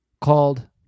called